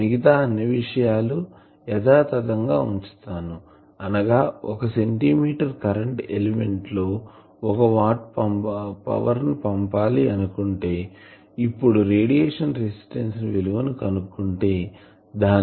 మిగతా అన్ని విషయాలు యధాతధం గా వుంచుతాను అనగా ఒక సెంటీమీటర్ కరెంటు ఎలిమెంట్ లో ఒక వాట్ పవర్ ను పంపాలి అనుకుంటే ఇప్పుడు రేడియేషన్ రెసిస్టన్స్ విలువ కనుక్కుంటే దాని విలువ 8